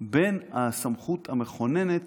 בין הסמכות המכוננת